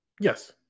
yes